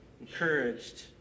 encouraged